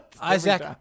Isaac